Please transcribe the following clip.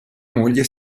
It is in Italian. moglie